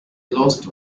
lost